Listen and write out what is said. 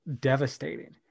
devastating